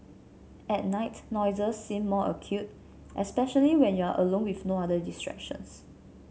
at night noises seem more acute especially when you are alone with no other distractions